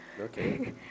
Okay